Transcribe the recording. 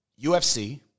UFC